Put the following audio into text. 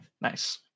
Nice